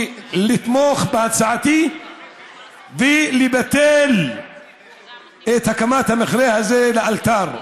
לתמוך בהצעתי ולבטל את הקמת המכרה הזה לאלתר.